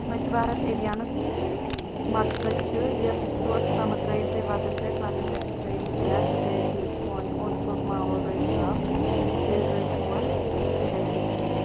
سُۄچھ بھارت ابھیانُک مقصد چھُ یۄس ژھۄٹھ سۄ مہٕ ترٛٲیو تُہۍ وَتَن پٮ۪ٹھ وَتَن پٮ۪ٹھ مہٕ ترٛٲیِو مٕکریار تِکیٛازِ ییٚلہِ سون اوٚند پوٚک ماحول روزِ صاف تیٚلہِ روزِ سون صحت تہِ ٹھیٖک